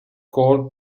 cole